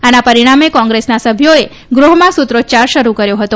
આના પરિણામે કોંગ્રેસના સભ્યોએ ગહમાં સુત્રોચ્યાર શરૂ કર્યો હતો